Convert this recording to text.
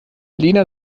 lena